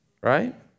Right